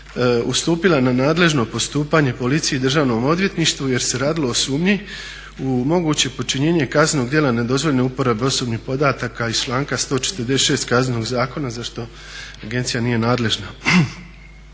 ustupila na nadležno postupanje policiji i državnom odvjetništvu jer se radilo o sumnji u moguće počinjenje kaznenog djela nedozvoljene uporabe osobnih podataka iz članka 146. Kaznenog zakona za što agencija nije nadležna.